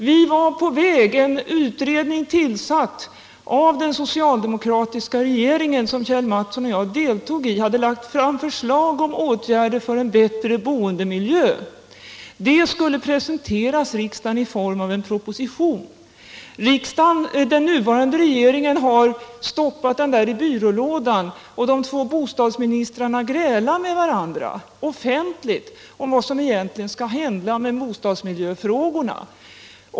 En av den socialdemokratiska regeringen tillsatt utredning, där Kjell Mattsson och jag deltog, hade lagt fram förslag om åtgärder för en bättre boendemiljö, vilka skulle presenteras riksdagen i form av en proposition. Den nuvarande regeringen har stoppat dessa förslag i byrålådan, och de två bostadsministrarna grälar med varandra offentligt om vad som egentligen skall hända med boendemiljöfrågorna.